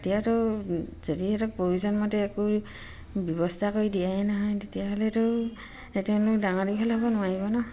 এতিয়াতো যদি সিহঁতক প্ৰয়োজন মতে একো ব্যৱস্থা কৰি দিয়াই নহয় তেতিয়াহ'লেতো তেওঁলোক ডাঙৰ দীঘল হ'ব নোৱাৰিব নহ্